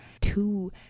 two